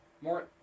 more